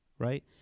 right